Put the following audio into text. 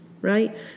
right